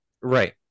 right